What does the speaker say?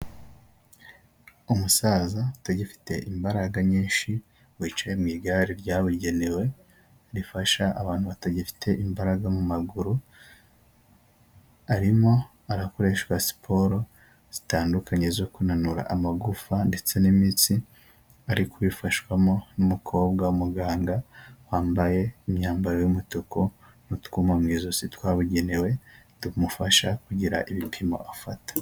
Umusaza utagifite imbaraga nyinshi wicaye mu igare ryabugenewe rifasha abantu batagifite imbaraga mu maguru arimo arakoreshwa siporo zitandukanye zo kunanura amagufa ndetse n'imitsi ari kubifashwamo n'umukobwa w,umuganga wambaye imyambaro y'umutuku n'utwuma mu ijosi twabugenewe tumufasha kugira ibipimo afata.